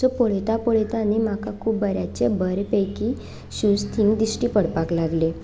पळयता पळयता न्ही म्हाका खूब बऱ्याचे बरे पैकी शूज थिंगां दिश्टी पडपाक लागले